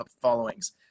followings